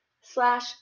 slash